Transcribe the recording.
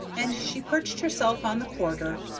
and she perched herself on the quarter,